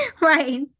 right